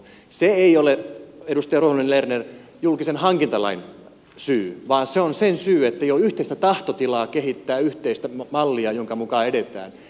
se ei ole edustaja ruohonen lerner julkisen hankintalain syy vaan se on sen syy ettei ole yhteistä tahtotilaa kehittää yhteistä mallia jonka mukaan edetään